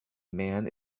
man